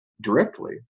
directly